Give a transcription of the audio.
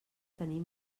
tenir